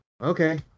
Okay